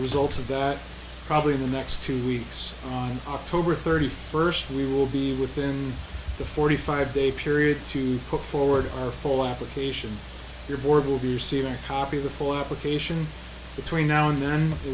results of that probably the next two weeks on october thirty first we will be within the forty five day period to put forward our full application your board will be to see a copy of the full application between now and then